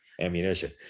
ammunition